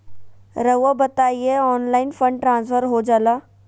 रहुआ बताइए online fund transfer हो जाला?